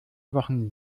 wochen